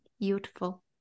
beautiful